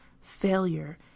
failure